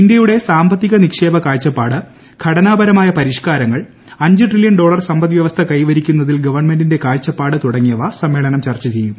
ഇന്ത്യയുടെ സാമ്പത്തിക നിക്ഷേപ കാഴ്ച്ചപ്പാട് ്ഘടനാപരമായ പരിഷ്കാരങ്ങൾ അഞ്ച് ട്രില്ല്യൺ ഡോളർ സമ്പദ് വൃവസ്ഥ കൈവരിക്കുന്നതിൽ ഗവണ്മെന്റിന്റെ കാഴ്ചപ്പാട്ട് തുടങ്ങിയവ സമ്മേളനം ചർച്ച ചെയ്യും